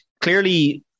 clearly